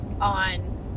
on